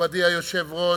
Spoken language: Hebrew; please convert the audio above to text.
ובכל זאת,